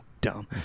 dumb